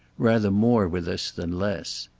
rather more with us than less.